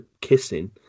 kissing